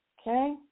Okay